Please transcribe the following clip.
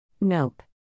Nope